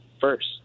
first